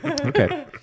Okay